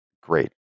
Great